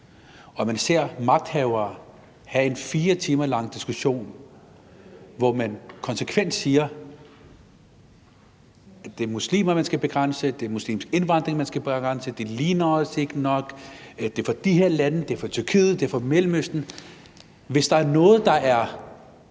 og ser magthavere have en 4 timer lang diskussion, hvor de konsekvent siger, at det er muslimerne, man skal begrænse, at det er muslimsk indvandring, man skal begrænse, at indvandrerne ikke ligner os nok, at det er fra de her lande, og det er fra Tyrkiet, og det er fra Mellemøsten. Hvis der er noget, der er